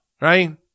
Right